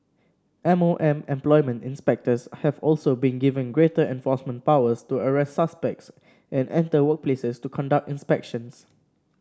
M O M employment inspectors have also been given greater enforcement powers to arrest suspects and enter workplaces to conduct inspections